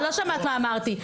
לא שמעת מה אמרתי.